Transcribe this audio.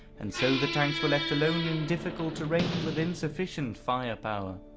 and so the tanks were left alone in difficult terrain with insufficient firepower.